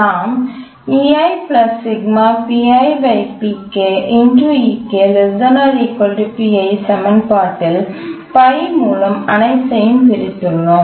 நாம் சமன்பாட்டில் பை மூலம் அனைத்தையும் பிரித்துள்ளோம்